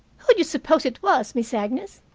who d'you suppose it was, miss agnes?